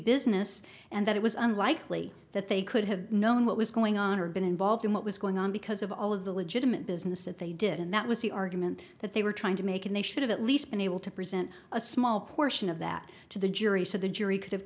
business and that it was unlikely that they could have known what was going on or been involved in what was going on because of all of the legitimate business that they did and that was the argument that they were trying to make and they should have at least been able to present a small portion of that to the jury so the jury could have